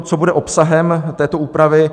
Co bude obsahem této úpravy?